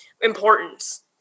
importance